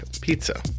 pizza